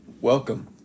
Welcome